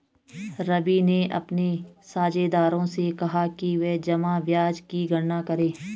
रवि ने अपने साझेदारों से कहा कि वे जमा ब्याज की गणना करें